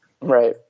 Right